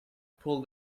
pull